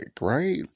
right